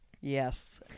yes